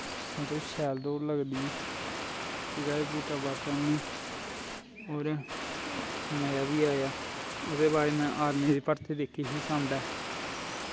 ओह्दैं सैल दौड़ लगदी सिरा दे बूटा नै और मज़ा बी आया ओह्दै बाद में आर्मी दी भर्थी दिक्खी ही साम्बै